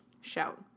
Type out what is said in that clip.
Shout